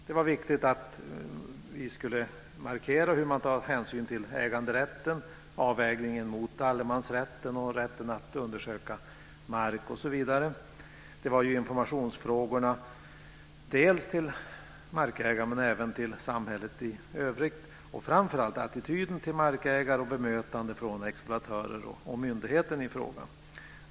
Det var viktigt för oss att markera att man skulle ta hänsyn till äganderätten och avväga detta mot allemansrätten och rätten att undersöka mark osv. Det gällde också frågorna om information både till markägare och till samhället i övrigt, och framför allt gällde det attityden till markägare och bemötande från exploatörer och myndigheten i fråga.